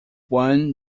one